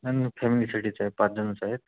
ना नाही फॅमिलीसाठीच आहे पाच जणच आहेत